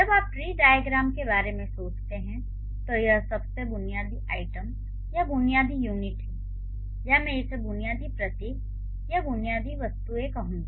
जब आप tree diagram के बारे में सोचते हैं तो यह सबसे बुनियादी आइटम या बुनियादी यूनिट हैं या मैं इसे बुनियादी प्रतीक या बुनियादी वस्तुएँ कहूँगा